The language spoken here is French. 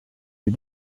vue